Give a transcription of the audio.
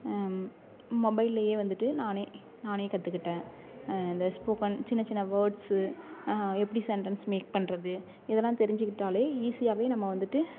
மொபைல்லேயே வந்துட்டு நானே நானே கற்றுக்கிட்டேன் இந்த ஸ்போக்கன் சின்ன சின்ன வேர்ட்ஸு எப்படி சென்டென்ஸ் மேக் பண்ணுறது இதெல்லாம் தெரிஞ்சிக்கிட்டால் ஈஸியாகவே நம்ம வந்துட்டு